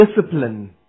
discipline